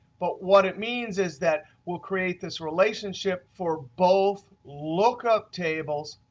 but what it means is that we'll create this relationship for both lookup tables,